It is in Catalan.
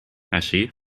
així